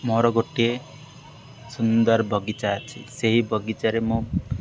ମୋର ଗୋଟିଏ ସୁନ୍ଦର ବଗିଚା ଅଛି ସେହି ବଗିଚାରେ ମୁଁ